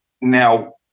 Now